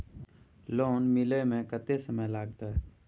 Loan मिले में कत्ते समय लागते?